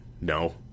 No